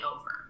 over